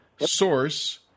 source